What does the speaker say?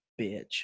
bitch